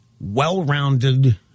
well-rounded